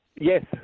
Yes